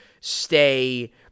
stay